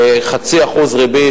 0.5% ריבית,